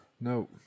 no